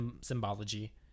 symbology